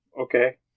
okay